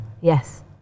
yes